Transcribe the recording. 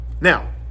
Now